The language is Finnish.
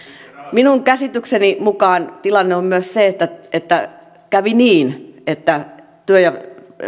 minun käsitykseni mukaan tilanne on myös se että että kävi niin että työ ja